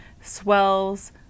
Swells